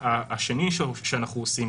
של 15 שנים ושל חלקי נשק,